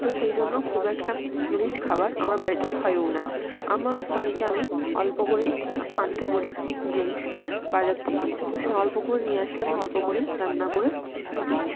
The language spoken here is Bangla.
তো সেই জন্য খুব একটা রিচ খাবার আমার বাড়িতে হয়ও না আমার স্বামীকে আমি অল্প করেই আনতে বলি জিনিস বাজার থেকে তো সে অল্প করে নিয়ে আসলে আমি অল্প করেই রান্না করে দিই